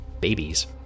babies